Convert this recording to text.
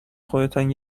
خودتان